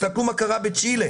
תסתכלו מה קרה בצ'ילה,